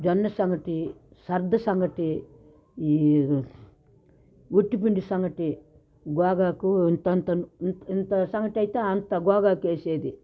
జొన్న సంగటి సద్ద సంగటి ఈ వట్టిపిండి సంగటి గోగాకు ఇంత ఇంత ఇంత సంగటి అయితే అంత గోగాకు వేసేది